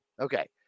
Okay